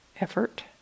effort